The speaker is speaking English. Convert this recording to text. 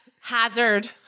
Hazard